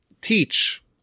teach